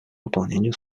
выполнению